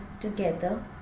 together